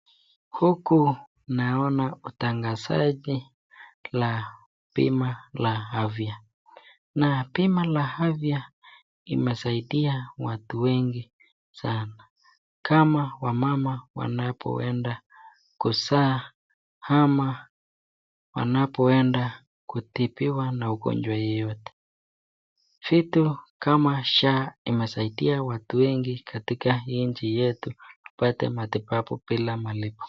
Huku naona utangasaji la pima la afya na mipa la afya imesaidia watu wengi sana, kama wamama wanapoenda kuzaa ama wanapoenda kutibiwa na ugonjwa yoyote kitu kama shaa imesaidia watu wengi katika hii nchi yetu kupata matibabu bila malipo.